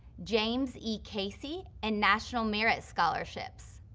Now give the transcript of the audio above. james e. casey and national merit scholarships.